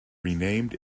renamed